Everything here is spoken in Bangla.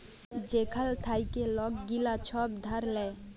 যেখাল থ্যাইকে লক গিলা ছব ধার লেয়